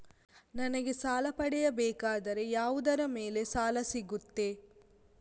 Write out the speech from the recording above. ನನಗೆ ಸಾಲ ಪಡೆಯಬೇಕಾದರೆ ಯಾವುದರ ಮೇಲೆ ಸಾಲ ಸಿಗುತ್ತೆ?